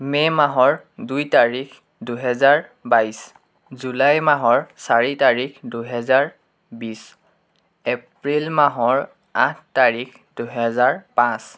মে' মাহৰ দুই তাৰিখ দুহেজাৰ বাইছ জুলাই মাহৰ চাৰি তাৰিখ দুহেজাৰ বিছ এপ্ৰিল মাহৰ আঠ তাৰিখ দুহেজাৰ পাঁচ